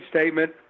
statement